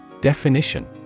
Definition